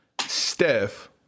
Steph